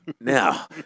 Now